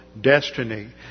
destiny